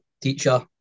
teacher